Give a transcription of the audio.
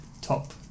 top